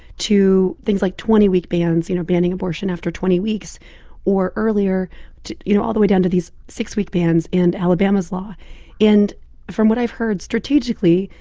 to things like twenty week bans you know, banning abortion after twenty weeks or earlier you know, all the way down to these six-week bans and alabama's law and from what i've heard strategically,